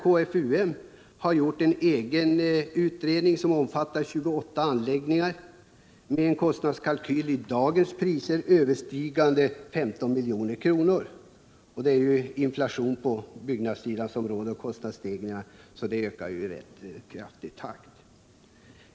KFUM har gjort en egen utredning som omfattar 28 anläggningar, med en kostnadskalkyl som i dagens priser överstiger 15 milj.kr. Det pågår ju inflation och kostnadsstegringar på byggnadsområdet, så kostnaderna ökar i snabb takt.